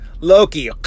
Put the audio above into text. Loki